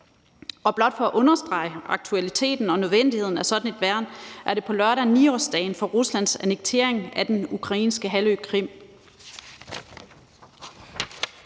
Og blot for at understrege aktualiteten og nødvendigheden af sådan et værn er det på lørdag 9-årsdagen for Ruslands annektering af den ukrainske halvø Krim.